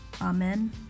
Amen